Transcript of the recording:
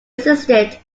existed